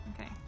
Okay